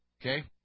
okay